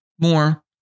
more